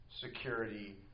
security